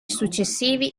successivi